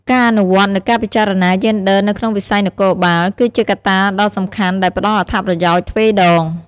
ការអនុវត្តនូវការពិចារណាយេនឌ័រនៅក្នុងវិស័យនគរបាល គឺជាកត្តាដ៏សំខាន់ដែលផ្តល់អត្ថប្រយោជន៍ទ្វេដង។